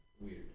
weird